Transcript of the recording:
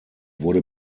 wurde